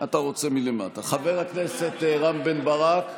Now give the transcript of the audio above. אתה רוצה מלמטה, חבר הכנסת רם בן ברק,